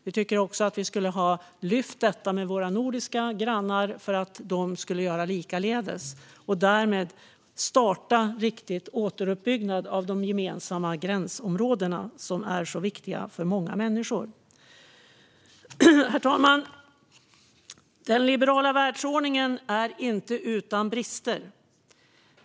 Vi tycker också att Sverige borde ha lyft detta med våra nordiska grannar för att de skulle göra likaledes och därmed starta en riktig återuppbyggnad av de gemensamma gränsområdena, som är så viktiga för många människor. Herr talman! Den liberala världsordningen är inte utan brister.